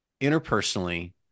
interpersonally